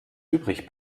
übrig